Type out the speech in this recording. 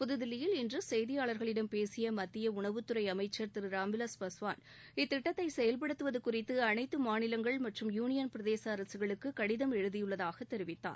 புதுதில்லியில் இன்று செய்தியாளர்களிடம் பேசிய மத்திய உணவுத்துறை அமைச்சர் திரு ராம்விலாஸ் பாஸ்வான் இத்திட்டத்தை செயவ்படுத்துவது குறித்து அனைத்து மாநிலங்கள் மற்றம் யூனியன் பிரதேச அரசுகளுக்கு கடிதம் எழுதியுள்ளதாக தெரிவித்தார்